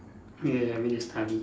yeah everyday study